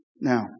Now